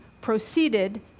proceeded